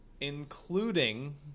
Including